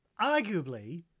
arguably